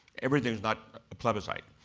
everything's not a plebiscite.